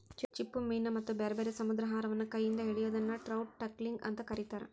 ಚಿಪ್ಪುಮೇನ ಮತ್ತ ಬ್ಯಾರ್ಬ್ಯಾರೇ ಸಮುದ್ರಾಹಾರವನ್ನ ಕೈ ಇಂದ ಹಿಡಿಯೋದನ್ನ ಟ್ರೌಟ್ ಟಕ್ಲಿಂಗ್ ಅಂತ ಕರೇತಾರ